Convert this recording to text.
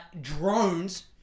drones